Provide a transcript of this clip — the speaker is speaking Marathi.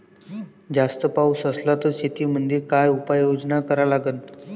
जास्त पाऊस असला त शेतीमंदी काय उपाययोजना करा लागन?